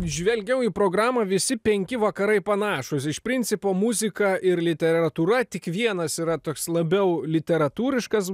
žvelgiau į programą visi penki vakarai panašūs iš principo muzika ir literatūra tik vienas yra toks labiau literatūriškas